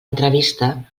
entrevista